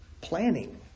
planning